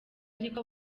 ariko